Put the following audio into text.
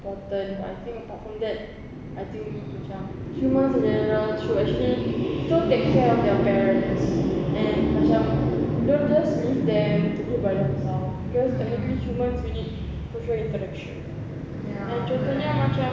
important I think apart from that I think macam humans should actually still take care of their parents and macam don't just leave them do it by themselves because technically humans we need to feel interaction and contohnya macam